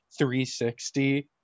360